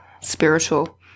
spiritual